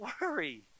worry